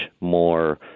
more